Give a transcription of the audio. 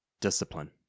discipline